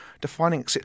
defining